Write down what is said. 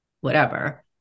whatever-